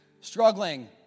Struggling